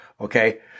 Okay